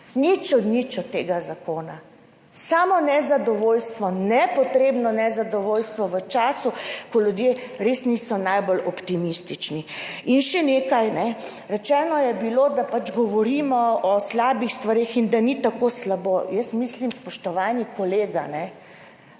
Nič od nič od tega zakona, samo nezadovoljstvo, nepotrebno nezadovoljstvo v času, ko ljudje res niso najbolj optimistični. In še nekaj. Rečeno je bilo, da govorimo o slabih stvareh in da ni tako slabo. Jaz mislim, spoštovani kolega,